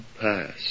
past